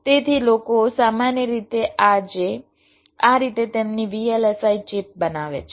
તેથી લોકો સામાન્ય રીતે આજે આ રીતે તેમની VLSI ચિપ બનાવે છે